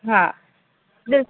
हा डि॒सु